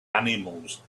animals